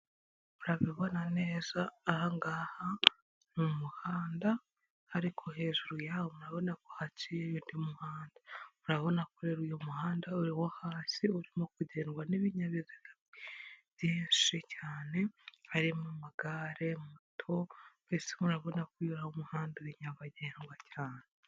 Urabibona neza ahangaha ni umuhanda ariko hejuru yaho urabona ko haciye undi muhanda, urabona kuri uyu muhanda uri wo hasi urimo kugendwa n'ibinyabiziga byinshishe cyane harimo amagare, mato mbese urabona ko uyu ari umuhanda nyabagendwa cyane.